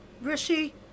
Rishi